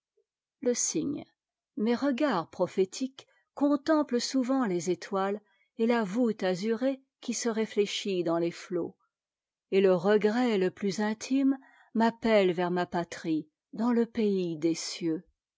le cygne mes regards prophétiques contemplent souvent les étoiles et la voûte azurée qui se réfléchit dans les flots et le regret le plus intime m'appelle vers ma patrie dans le pays des cieux